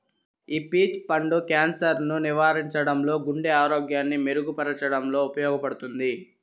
ఈ పీచ్ పండు క్యాన్సర్ ను నివారించడంలో, గుండె ఆరోగ్యాన్ని మెరుగు పరచడంలో ఉపయోగపడుతుంది